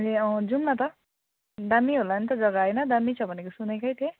ए अँ जाउँ न त दामी होला नि त जग्गा होइन दामी छ भनेको सुनेकै थिएँ